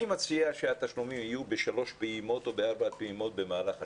אני מציע שהתשלומים יהיו בשלוש או בארבע פעימות במהלך השנה.